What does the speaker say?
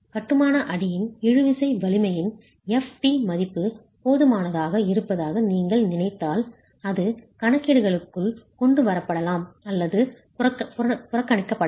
கட்டுமான அடியின் இழுவிசை வலிமையின் Ft மதிப்பு போதுமானதாக இருப்பதாக நீங்கள் நினைத்தால் அது கணக்கீடுகளுக்குள் கொண்டு வரப்படலாம் அல்லது புறக்கணிக்கப்படலாம்